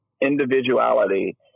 individuality